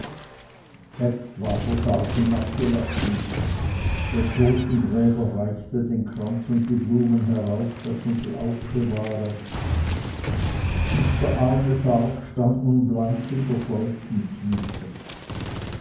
jetzt ward der sarg hinabgelassen der totengräber reichte den kranz und die blumen herauf daß man sie aufbewahre und der arme sarg stand nun blank in der feuchten tiefe